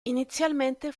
inizialmente